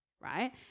right